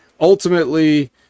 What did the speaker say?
ultimately